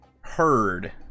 heard